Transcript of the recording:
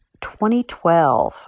2012